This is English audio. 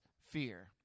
fear